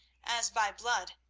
as by blood,